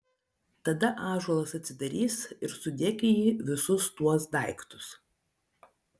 tada ąžuolas atsidarys ir sudėk į jį visus tuos daiktus